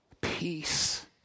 peace